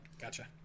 Gotcha